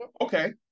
Okay